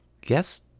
guess